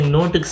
Note